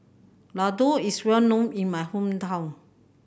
ladoo is well known in my hometown